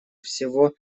всего